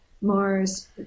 Mars